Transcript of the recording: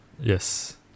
yes